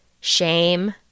shame